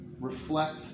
Reflect